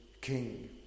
king